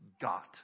got